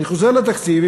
אני חוזר לתקציב,